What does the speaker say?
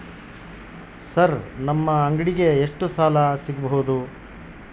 Sir ನಮ್ಮ ಅಂಗಡಿಗೆ ಎಷ್ಟು ಸಾಲ ಸಿಗಬಹುದು?